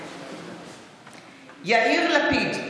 מתחייב אני יאיר לפיד,